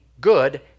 good